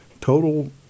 total